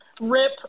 Rip